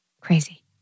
crazy